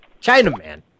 Chinaman